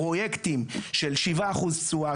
פרויקטים של 7% תשואה,